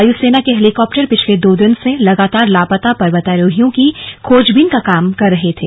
वायू सेना के हैलीकाप्टर पिछले दो दिन से लगातार लापता पर्वतारोहियों की खोजबीन का काम कर रहे थे